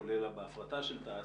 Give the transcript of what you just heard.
כולל בהפרטה של תע"ש,